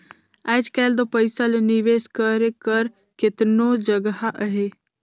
आएज काएल दो पइसा ल निवेस करे कर केतनो जगहा अहे